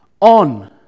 on